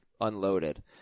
unloaded